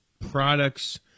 products